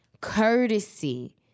Courtesy